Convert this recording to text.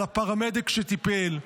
על הפרמדיק שטיפל,